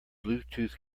bluetooth